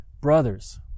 Brothers